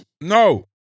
No